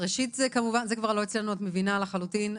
ראשית, זה כבר לא אצלנו, את מבינה לחלוטין.